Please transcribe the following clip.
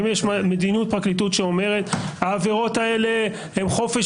האם יש מדיניות פרקליטות שאומרת: העבירות האלה הם חופש